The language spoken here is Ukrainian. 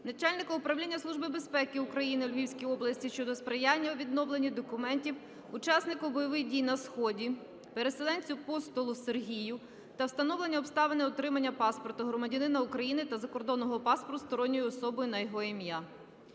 начальника Управління Служби безпеки України у Львівській області щодо сприяння у відновленні документів учаснику бойових дій на сході, переселенцю Постолу Сергію та встановлення обставин отримання паспорту громадянина України та закордонного паспорту сторонньою особою на його ім'я.